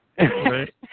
right